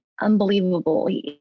Unbelievable